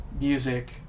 music